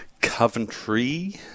Coventry